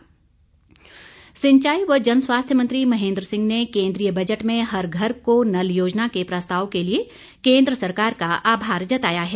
महेन्द्र सिंह मारकंडा सिंचाई व जनस्वास्थ्य मंत्री महेन्द्र सिंह ने केन्द्रीय बजट में हर घर को नल योजना के प्रस्ताव के लिए केन्द्र सरकार का आभार जताया है